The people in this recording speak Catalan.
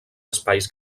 espais